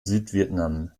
südvietnam